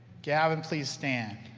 gavin, please stand.